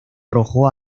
rojo